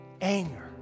anger